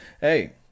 Hey